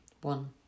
One